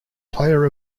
player